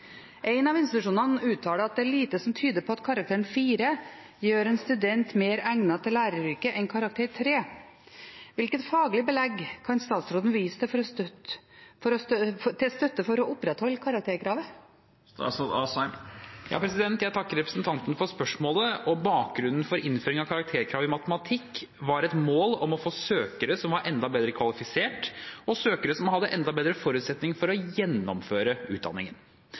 En av institusjonene uttaler at det er lite som tyder på at karakteren 4 gjør en student mer egnet til læreryrket enn karakteren 3. Hvilket faglig belegg kan statsråden vise til, til støtte for å opprettholde karakterkravet?» Jeg takker representanten for spørsmålet. Bakgrunnen for innføringen av karakterkravet i matematikk var et mål om å få søkere som var enda bedre kvalifisert, og søkere som hadde enda bedre forutsetninger for å gjennomføre utdanningen.